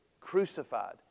crucified